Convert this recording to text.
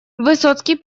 высоцкий